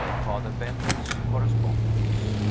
father benwell's correspondence.